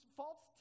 false